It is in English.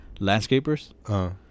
Landscapers